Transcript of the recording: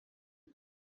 you